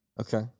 Okay